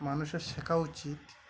মানুষের শেখা উচিত